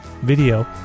video